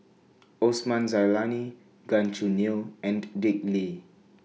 Osman Zailani Gan Choo Neo and Dick Lee